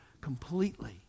completely